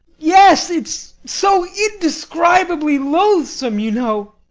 yes it's so indescribably loathsome, you know.